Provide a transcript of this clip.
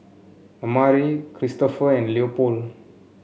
Amare Kristofer and Leopold